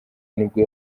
nibwo